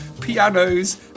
pianos